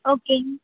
ஓகேங்க